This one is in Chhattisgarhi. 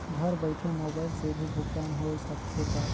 घर बइठे मोबाईल से भी भुगतान होय सकथे का?